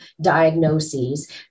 diagnoses